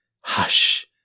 Hush